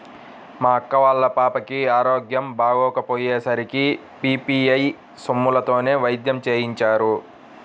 మా అక్క వాళ్ళ పాపకి ఆరోగ్యం బాగోకపొయ్యే సరికి పీ.పీ.ఐ సొమ్ములతోనే వైద్యం చేయించారు